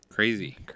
Crazy